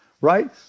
right